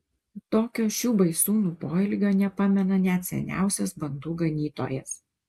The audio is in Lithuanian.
tokio šių baisūnų poelgio nepamena net seniausias bandų ganytojas